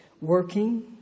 Working